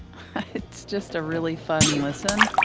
it's just a really fun listen.